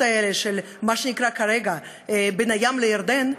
האלה של מה שנקרא כרגע בין הים לירדן,